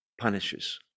punishes